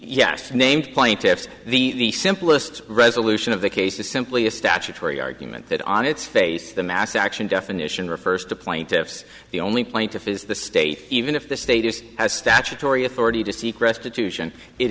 yes named plaintiffs the simplest resolution of the case is simply a statutory argument that on its face the mass action definition refers to plaintiffs the only plaintiff is the state even if the state is as statutory authority to seek restitution it